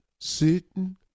sitting